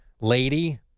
Lady